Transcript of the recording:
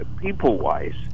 people-wise